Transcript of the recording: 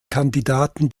kandidaten